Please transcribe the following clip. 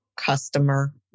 customer